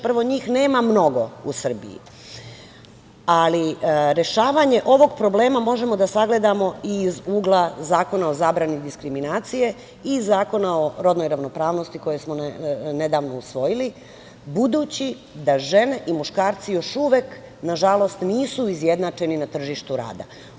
Prvo, njih nema mnogo u Srbiji, ali rešavanje ovog problema možemo da sagledamo i iz ugla Zakona o zabrani diskriminacije i Zakona o rodnoj ravnopravnosti koje smo nedavno usvojili, budući da žene i muškarci još uvek, na žalost, nisu izjednačeni na tržištu rada.